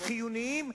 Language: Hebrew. החיוניים,